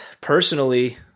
personally